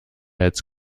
als